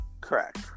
Correct